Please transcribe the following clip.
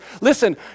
listen